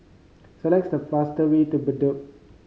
selects the fast way to Bedok